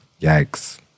Yikes